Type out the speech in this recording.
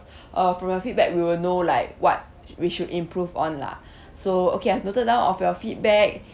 uh from your feedback we will know like what sh~ we should improve on lah so okay I've noted down of your feedback